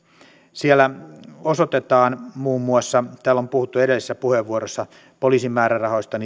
siellä osoitetaan muun muassa täällä on puhuttu edellisissä puheenvuoroissa poliisin määrärahoista